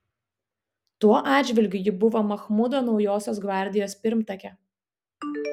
tuo atžvilgiu ji buvo machmudo naujosios gvardijos pirmtakė